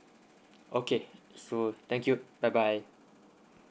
okay sure thank you bye bye